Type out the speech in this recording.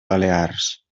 balears